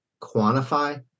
quantify